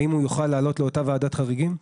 האם הוא יוכל לעלות לאותה ועדת חריגים?